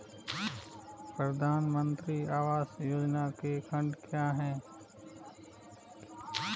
प्रधानमंत्री आवास योजना के खंड क्या हैं?